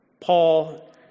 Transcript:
Paul